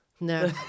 No